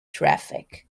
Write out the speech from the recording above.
traffic